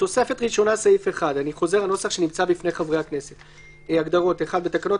11:02) תוספת ראשונה (סעיף 1) הגדרות 1. בתקנות